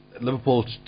Liverpool